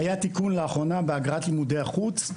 היה תיקון לאחרונה באגרת לימודי החוץ,